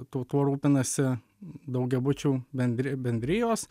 tuo tuo rūpinasi daugiabučių bendri bendrijos